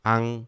Ang